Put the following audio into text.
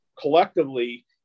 collectively